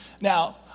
Now